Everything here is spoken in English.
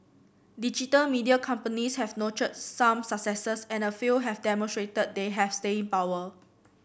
digital media companies have notched some successes and a few have demonstrated that they have staying power